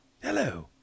Hello